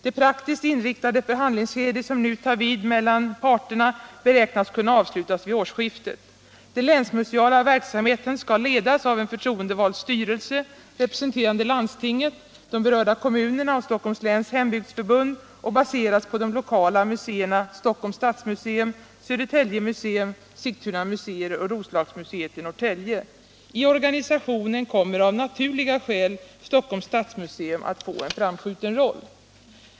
Det praktiskt inriktade förhandlingsskede som nu tar vid mellan parterna beräknas kunna avslutas vid årsskiftet. Den länsmuseala verksamheten skall ledas av förtroendevald styrelse, representerande landstinget, de berörda kommunerna och Stockholms läns hembygdsförbund, och baseras på de lokala museerna Stockholms stadsmuseum, Södertälje museum, Sigtuna museer och Roslagsmuseet i Norrtälje. I organisationen kommer av naturliga skäl Stockholms stadsmuseum att få en framskjuten roll.